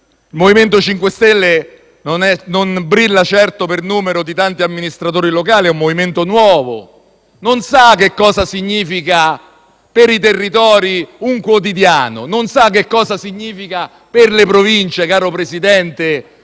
Il MoVimento 5 stelle non brilla certo per il numero degli amministratori locali, è un movimento nuovo, e non sa che cosa significhi un quotidiano per i territori, non sa che cosa significhi per le province, caro Presidente,